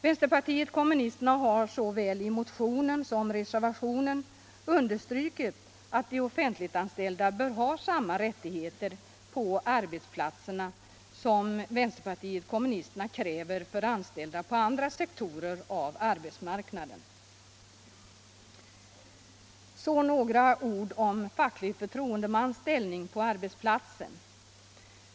Vänsterpartiet kommunisterna har såväl i motionen som i reservationen understrukit att de offentliganställda bör ha samma rättigheter på arbetsplatserna som vpk kräver för anställda på andra sektorer av arbetsmarknaden. Så några ord om facklig förtroendemans ställning på arbetsplatsen.